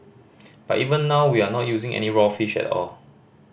but even now we are not using any raw fish at all